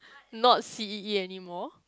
not C_E_E anymore